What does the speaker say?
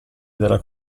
della